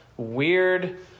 weird